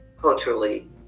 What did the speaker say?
culturally